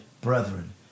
brethren